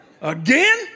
again